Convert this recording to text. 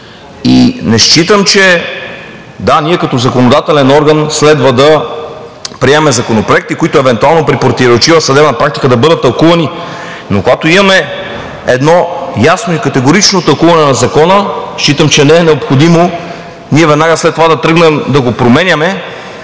мнения по него. Да, ние като законодателен орган следва да приемаме законопроекти, които евентуално при противоречива съдебна практика да бъдат тълкувани, но когато имаме ясно и категорично тълкуване на Закона, считам, че не е необходимо веднага след това да тръгнем да го променяме,